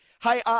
Hey